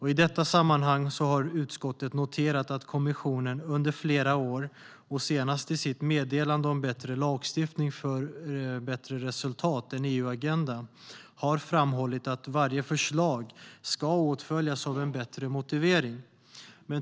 I detta sammanhang har utskottet noterat att kommissionen under flera år, senast i meddelandet Bättre lagstiftning för bättre resultat - en EU-agenda , har framhållit att varje förslag ska åtföljas av en bättre motivering.